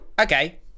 Okay